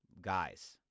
guys